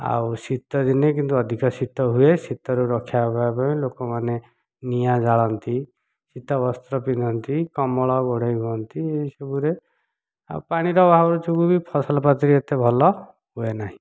ଆଉ ଶୀତ ଦିନେ କିନ୍ତୁ ଅଧିକ ଶୀତ ହୁଏ ଶୀତରୁ ରକ୍ଷା ହେବା ପାଇଁ ଲୋକମାନେ ନିଆଁ ଜାଳନ୍ତି ଶୀତ ବସ୍ତ୍ର ପିନ୍ଧନ୍ତି କମଳ ଘୋଡ଼େଇ ହୁଅନ୍ତି ଏ ସବୁରେ ଆଉ ପାଣିର ଅଭାବ ଯୋଗୁଁ ବି ଫସଲ ପାଚିକି ଏତେ ଭଲ ହୁଏ ନାହିଁ